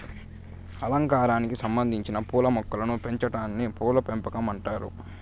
అలంకారానికి సంబందించిన పూల మొక్కలను పెంచాటాన్ని పూల పెంపకం అంటారు